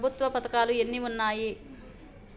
ప్రభుత్వ పథకాలు ఎన్ని ఉన్నాయి?